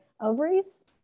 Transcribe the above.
ovaries